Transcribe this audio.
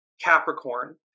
Capricorn